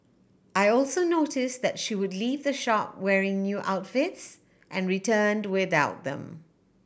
I also notice that she would leave the shop wearing new outfits and returned without them